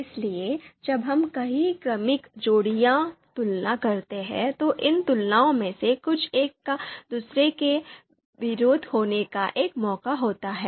इसलिए जब हम कई क्रमिक जोड़ीदार तुलना करते हैं तो इन तुलनाओं में से कुछ एक दूसरे के विपरीत होने का एक मौका होता है